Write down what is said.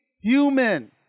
human